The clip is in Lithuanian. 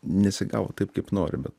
nesigavo taip kaip nori bet